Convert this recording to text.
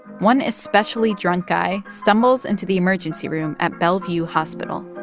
one especially drunk guy stumbles into the emergency room at bellevue hospital.